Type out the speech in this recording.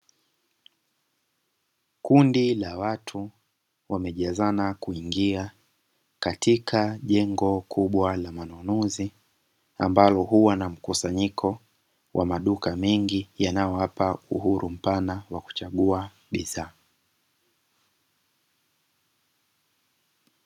Kundi la watu wamejazana kuingia katika jengo kubwa la manunuzi. Ambalo huwa na mkusanyiko wa maduka mengi yanayowapa uhuru mpana wa kuchagua bidhaa.